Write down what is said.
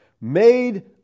made